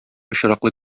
очраклы